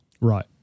right